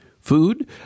Food